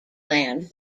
land